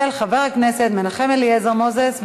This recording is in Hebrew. הצעה של חבר הכנסת מנחם אליעזר מוזס.